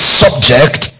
subject